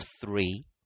three